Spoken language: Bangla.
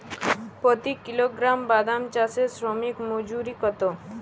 প্রতি কিলোগ্রাম বাদাম চাষে শ্রমিক মজুরি কত?